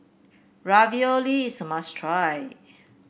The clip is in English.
ravioli is a must try